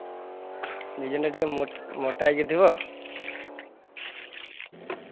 ଡିଜାଇନ୍ଟା ଟିକେ ମୋ ମୋଟା ହେଇକି ଥିବ